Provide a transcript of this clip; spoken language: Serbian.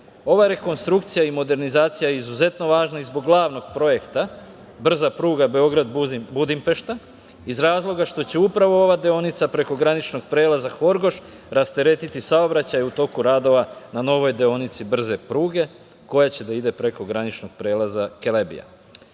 rekonstrukcija i modernizacija je izuzetno važna i zbog glavnog projekta brza pruga Beograd – Budimpešta iz razloga što će upravo ova deonica preko graničnog prelaza Horgoš rasteretiti saobraćaj u toku radova na novoj deonici brze pruge koja će da ide preko graničnog prelaza Kelebija. Imao